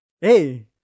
Hey